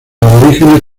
aborígenes